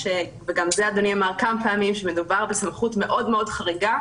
אמרתי שיש בעיות אמיתיות.